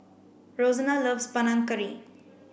Rosena loves Panang Curry